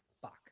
fuck